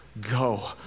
Go